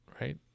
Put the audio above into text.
right